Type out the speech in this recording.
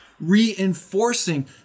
reinforcing